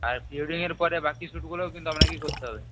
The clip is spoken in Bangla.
আর প্রি ওয়েডিংয়ের পরে বাকি শ্যুটগুলোও কিন্তু আপনাকেই করতে হবে